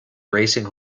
racing